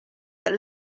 that